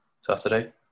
Saturday